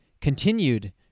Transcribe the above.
continued